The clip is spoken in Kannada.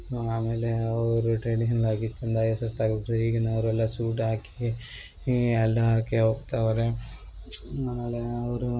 ಆಮೇಲೆ ಅವರು ಹೀಗಾಗಿತ್ತು ತುಂಬಾನೇ ಸುಸ್ತಾಗಿತ್ತು ಈಗಿನವ್ರ ಎಲ್ಲಾ ಸೂಟ್ ಹಾಕಿ ಈ ಎಲ್ಲಾ ಹಾಕಿ ಹೋಗ್ತಾವ್ರೆ ಆಮೇಲೆ ಅವರು